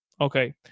Okay